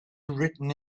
written